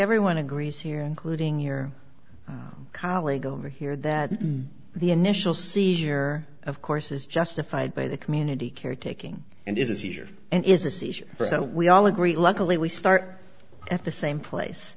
everyone agrees here including your colleague over here that the initial seizure of course is justified by the community caretaking and is a seizure and is a seizure so we all agree luckily we start at the same place